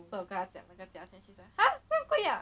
then 我跟她讲那个价钱 she !huh! 这样贵呀